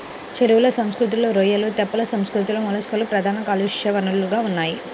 చెరువుల సంస్కృతిలో రొయ్యలు, తెప్పల సంస్కృతిలో మొలస్క్లు ప్రధాన కాలుష్య వనరులుగా ఉన్నాయి